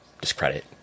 discredit